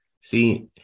See